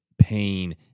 pain